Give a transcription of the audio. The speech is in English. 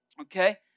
Okay